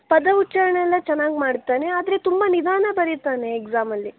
ಪದ ಉಚ್ಛಾರಣೆ ಎಲ್ಲ ಚೆನ್ನಾಗಿ ಮಾಡ್ತಾನೆ ಆದರೆ ತುಂಬ ನಿಧಾನ ಬರೀತಾನೆ ಎಕ್ಸಾಮಲ್ಲಿ